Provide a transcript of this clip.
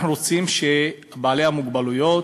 אנחנו רוצים שבעלי המוגבלויות,